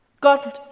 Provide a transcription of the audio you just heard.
God